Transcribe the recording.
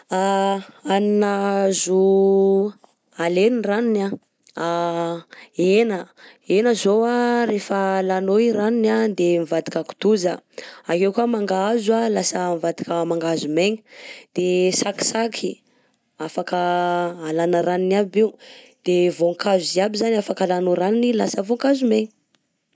A hanina azo alena ranony a: a hena hena zao rehefa alanao ranony a de mivadika kitoza, akeo koà mangahazo lasa mivadika mangahazo megna, de sakisaky afaka alana ranony aby io, de vaonkazo ziaby zany afaka alanao ranony lasa vaonkazo megna.